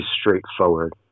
straightforward